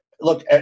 look